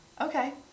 okay